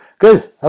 Good